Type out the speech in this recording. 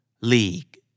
League